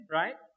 right